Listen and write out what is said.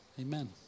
Amen